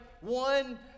one